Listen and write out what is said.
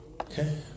Okay